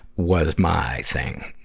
was my thing.